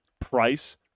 price